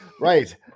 Right